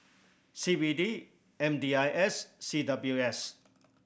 C B D M D I S C W S